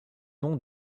nom